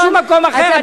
לא בשום מקום אחר.